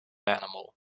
animal